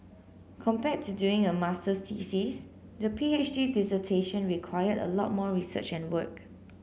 compared to doing a masters thesis the P H D dissertation required a lot more research and work